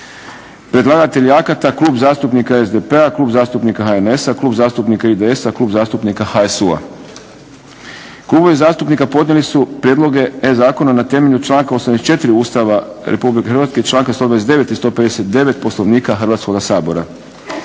Predlagatelji akata Klub zastupnika SDP-a, Klub zastupnika HNS-a, Klub zastupnika IDS-a, Klub zastupnika HSU-a. Klubovi zastupnika podnijeli su Prijedloge zakona na temelju članka 84. Ustava Republike Hrvatske i članka 129. i 159. Poslovnika Hrvatskoga sabora.